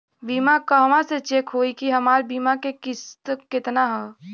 बीमा कहवा से चेक होयी की हमार बीमा के किस्त केतना ह?